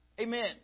Amen